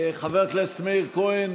חבר הכנסת מאיר כהן.